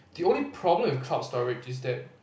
the only problem with cloud storage is that